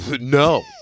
No